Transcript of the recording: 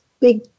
big